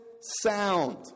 sound